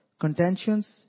contentions